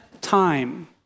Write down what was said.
time